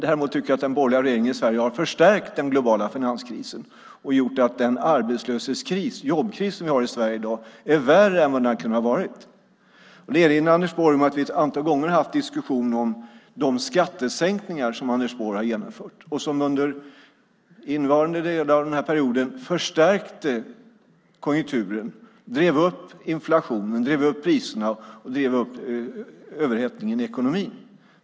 Däremot tycker jag att den borgerliga regeringen i Sverige har förstärkt den globala finanskrisen och gjort att den arbetslöses kris, jobbkrisen som vi har i Sverige i dag, är värre än vad den hade kunnat vara. Jag vill erinra Anders Borg om att vi ett antal gånger haft diskussion om de skattesänkningar som Anders Borg har genomfört. De har under innevarande delar av den här perioden förstärkt konjunkturen, drivit på inflationen och drivit på överhettningen i ekonomin.